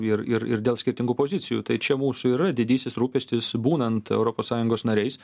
ir ir dėl skirtingų pozicijų tai čia mūsų yra didysis rūpestis būnant europos sąjungos nariais